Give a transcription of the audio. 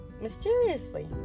Mysteriously